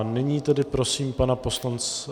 Nyní tedy prosím pana poslance...